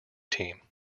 team